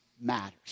matters